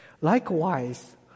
Likewise